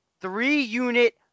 three-unit